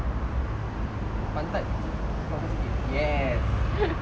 pantat keluarkan sikit yes